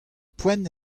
poent